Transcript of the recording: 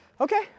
Okay